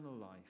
life